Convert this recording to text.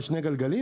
על שני גלגלים,